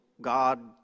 God